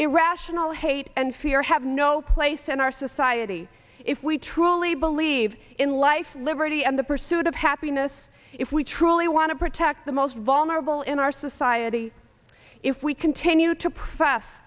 irrational hate and fear have no place in our society if we truly believe in life liberty and the pursuit of happiness if we truly want to protect the most vulnerable in our society if we continue to profess